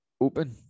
open